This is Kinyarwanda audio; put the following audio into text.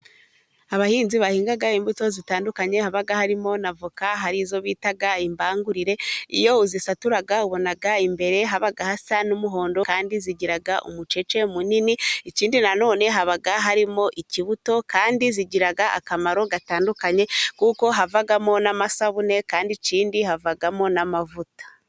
Abahinzi bahinga imbuto zitandukanye, haba harimo na avoka, hari izo bita imbangurire, iyo uzisatura ubona imbere haba hasa n'umuhondo, kandi zigira umucece munini, ikindi nanone haba harimo ikibuto, kandi zigira akamaro gatandukanye, kuko havamo n'amasabune, kandi ikindi havamo n'amavuta.